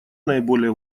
наиболее